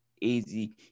easy